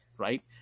right